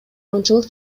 аңчылык